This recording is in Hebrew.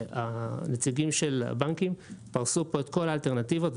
הנציגים של הבנקים פרסו פה את כל האלטרנטיבות,